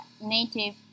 native